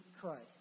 Christ